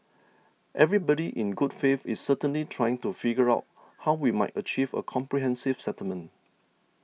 everybody in good faith is certainly trying to figure out how we might achieve a comprehensive settlement